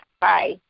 Bye